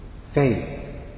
Faith